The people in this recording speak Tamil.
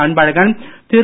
அன்பழகன் திரு